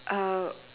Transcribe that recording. uh